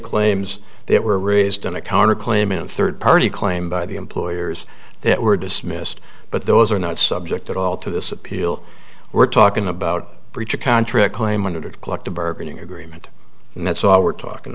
claims that were raised in a counterclaim in a third party claim by the employers that were dismissed but those are not subject at all to this appeal we're talking about breach of contract claim one hundred collective bargaining agreement and that's all we're talking